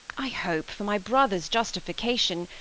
i hope, for my brother's justification,